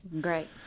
Great